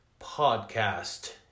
Podcast